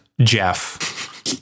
Jeff